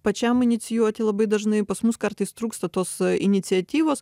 pačiam inicijuoti labai dažnai pas mus kartais trūksta tos iniciatyvos